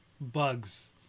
bugs